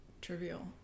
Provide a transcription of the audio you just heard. trivial